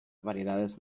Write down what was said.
variedades